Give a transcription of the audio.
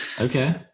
Okay